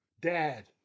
Dad